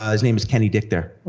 ah his name is kenny dichter.